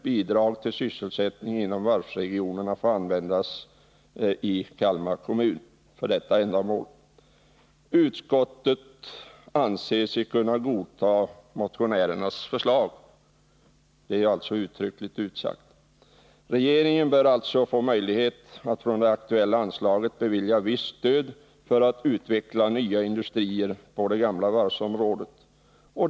Bidrag till sysselsättningsåtgärder inom varvsregionerna, får användas i Kalmar kommun för detta ändamål. Utskottet anser sig kunna godta motionärernas förslag. Regeringen bör alltså få möjlighet att från det aktuella anslaget bevilja visst stöd för att utveckla nya industrier på det gamla varvsområdet.